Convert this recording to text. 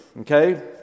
okay